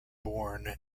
bourne